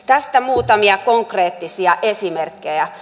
tästä muutamia konkreettisia esimerkkejä